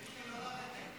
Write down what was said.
מיקי, לא לרדת.